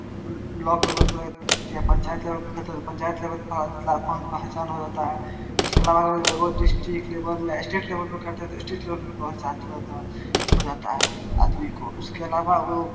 block level पर या panchayat label पर खेलता है तो पंचायत लेबल पर पहचान हो जाता है उसके अलावा अगर वो डिस्टिक लेबल या स्टेट लेबल पर करता है तो स्टेट लेबल पर पहचान हो जाता है आदमी को उसके अलावा वह